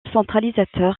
centralisateur